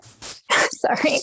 Sorry